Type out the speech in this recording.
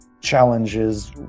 challenges